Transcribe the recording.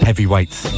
Heavyweights